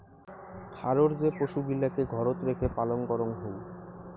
খারর যে পশুগিলাকে ঘরত রেখে পালন করঙ হউ